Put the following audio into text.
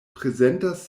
prezentas